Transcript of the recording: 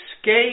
escape